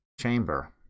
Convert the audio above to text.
chamber